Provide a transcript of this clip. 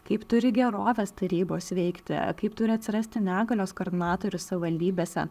kaip turi gerovės tarybos veikti kaip turi atsirasti negalios koordinatorius savivaldybėse